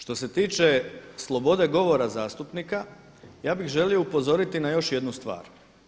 Što se tiče slobode govora zastupnika, ja bih želio upozoriti na još jednu stvar.